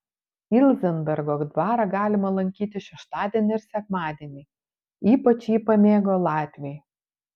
ilzenbergo dvarą galima lankyti šeštadienį ir sekmadienį ypač jį pamėgo latviai